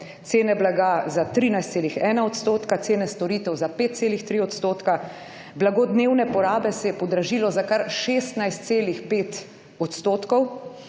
cene blaga za 13,1 odstotka, cene storitev za 5,3 odstotka. Blago dnevne porabe se je podražilo za kar 16,5 odstotkov.